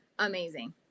amazing